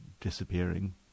disappearing